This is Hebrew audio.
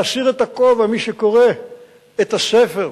להסיר את הכובע, מי שקורא את הספר.